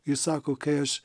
ji sako kai aš